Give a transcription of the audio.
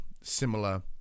similar